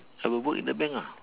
I will work in the bank lah